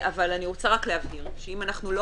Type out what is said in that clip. אבל אני רוצה רק להבהיר שאם אנחנו לא